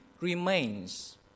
remains